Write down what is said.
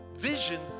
Vision